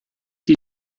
die